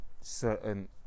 Certain